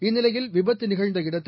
இந்நிலையில் விபத்துநிகழ்ந்த இடத்தை